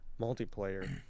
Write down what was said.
multiplayer